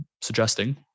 suggesting